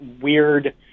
weird